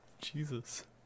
Jesus